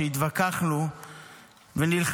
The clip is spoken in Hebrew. שעליו התווכחנו ונלחמנו.